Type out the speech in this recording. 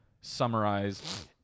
summarize